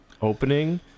opening